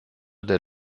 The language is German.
der